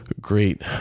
great